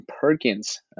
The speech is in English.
Perkins